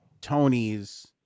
Tony's